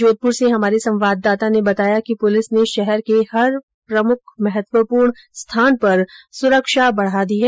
जोधपुर से हमारे संवाददाता ने बताया कि पुलिस ने शहर के हर प्रमुख महत्वपूर्ण जगह पर सुरक्षा बढ़ा दी है